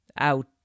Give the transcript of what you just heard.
out